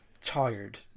tired